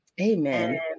Amen